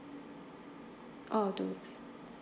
oh two weeks